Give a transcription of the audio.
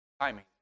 Timing